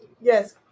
yes